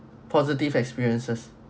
positive experiences